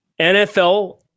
NFL